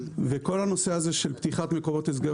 וכל הנושא הזה של פתיחת מקומות הסגר